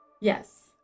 Yes